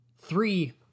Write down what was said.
Three